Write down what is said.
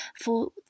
for